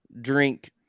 drink